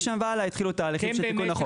משם והלאה החלו תהליכים של תיקון החוק.